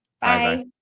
Bye